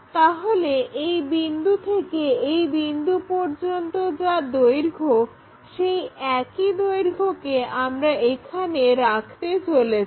তাহলে এই বিন্দু থেকে এই বিন্দু পর্যন্ত যা দৈর্ঘ্য সেই একই দৈর্ঘ্যকে আমরা এখানে রাখতে চলেছি